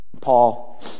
Paul